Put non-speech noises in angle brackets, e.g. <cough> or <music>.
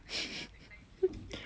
<laughs>